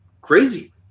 crazy